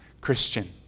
Christian